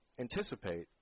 anticipate